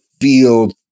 Field